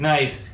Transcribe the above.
Nice